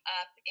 up